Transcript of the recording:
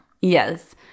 yes